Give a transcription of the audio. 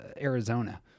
arizona